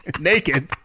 naked